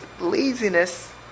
laziness